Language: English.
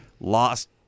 lost